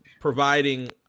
providing